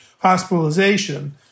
hospitalization